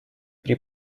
при